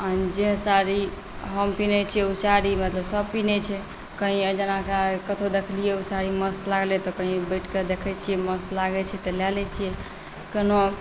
आओर जे साड़ी हम पिनहै छिए ओ साड़ी मतलब सब पिनहै छै कहीँ जेनाकि कतहु देखलिए ओ साड़ी मस्त लागलै तऽ कहीँ बैठिकऽ देखै छिए मस्त लागै छै तऽ लऽ लै छी कोनो